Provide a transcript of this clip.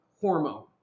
hormone